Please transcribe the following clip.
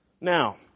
Now